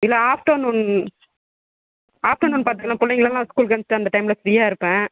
இல்லை afternoon afternoon பார்த்தீங்கன்னா பிள்ளைங்களெல்லாம் ஸ்கூலுக்கு அனுப்பிச்சிட்டு அந்த டைம்மில் ஃப்ரீயாக இருப்பேன்